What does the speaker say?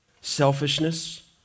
selfishness